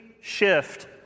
shift